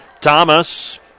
Thomas